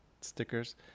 stickers